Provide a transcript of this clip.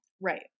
right